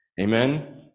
Amen